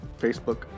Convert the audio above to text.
Facebook